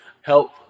help